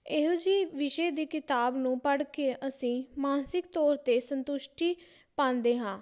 ਇਹੋ ਜਿਹੀ ਵਿਸ਼ੇ ਦੀ ਕਿਤਾਬ ਨੂੰ ਪੜ੍ਹ ਕੇ ਅਸੀਂ ਮਾਨਸਿਕ ਤੌਰ 'ਤੇ ਸੰਤੁਸ਼ਟੀ ਪਾਉਂਦੇ ਹਾਂ